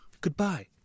Goodbye